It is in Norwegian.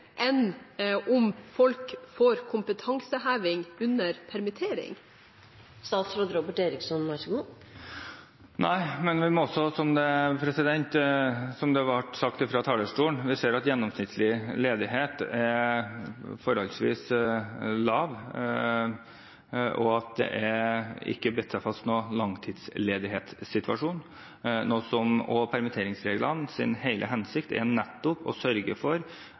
enn av om folk får kompetanseheving under permittering? Nei, men som det ble sagt fra talerstolen: Vi ser at gjennomsnittlig ledighet er forholdsvis lav, og at det ikke har bitt seg fast en langtidsledighetssituasjon. Hele hensikten med permitteringsreglene er nettopp å sørge for